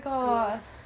gross